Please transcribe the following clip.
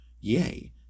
yea